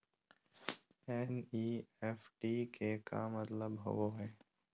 NEFT के का मतलव होव हई?